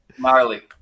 Marley